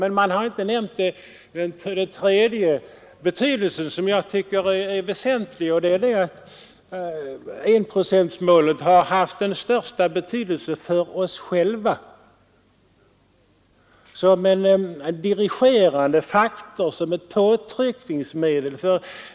Men man har inte nämnt den tredje betydelsen som jag tycker är väsentlig, nämligen att enprocentsmålet har varit av största betydelse för oss själva som dirigerande faktor, som ett psykologiskt påtryckningsmedel.